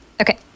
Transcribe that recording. Okay